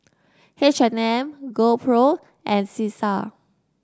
H and M GoPro and Cesar